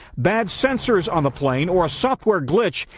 bad sensors on the plane or a software glitch,